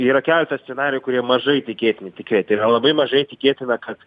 yra keletas scenarijų kurie mažai tikėtini tikėti tai yra labai mažai tikėtina kad